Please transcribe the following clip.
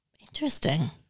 Interesting